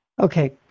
Okay